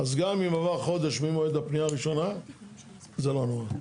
אז גם אם עבר חודש ממועד הפנייה הראשונה זה לא נורא.